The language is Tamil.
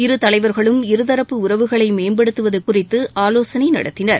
இருதலைவர்களும் இருதரப்பு உறவுகளை மேம்படுத்துவது குறித்து ஆலோசனை நடத்தினர்